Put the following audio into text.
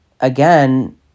again